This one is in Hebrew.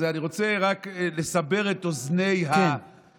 אני רוצה רק לסבר את אוזני הקהל,